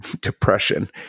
depression